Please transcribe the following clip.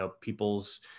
people's